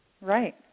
Right